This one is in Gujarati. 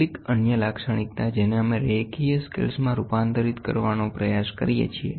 કેટલીક અન્ય લાક્ષણિકતા જેને અમે રેખીય સ્કેલમાં રૂપાંતરિત કરવાનો પ્રયાસ કરીએ છીએ